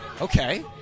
okay